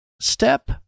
step